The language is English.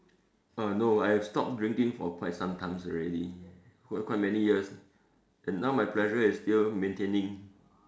uh no I have stopped drinking for quite some times already quite many years and now my pressure is still maintaining